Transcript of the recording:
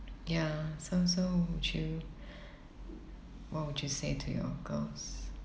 ya some so would you what would you say to your girls